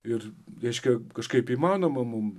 ir reiškia kažkaip įmanoma mum